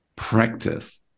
practice